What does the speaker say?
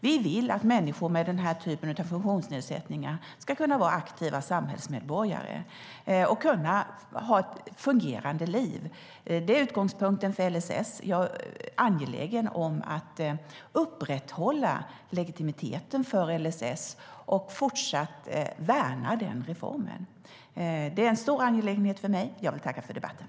Vi vill att människor med den typen av funktionsnedsättningar ska kunna vara aktiva samhällsmedborgare och ha ett fungerande liv. Det är utgångspunkten för LSS. Jag är angelägen om att upprätthålla legitimiteten för LSS och fortsatt värna den reformen. Det är en stor angelägenhet för mig. Tack för debatten!